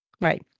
Right